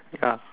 ya